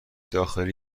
داخلی